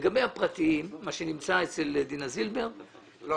לגבי הפרטיים, מה שנמצא אצל דינה זילבר --- לא.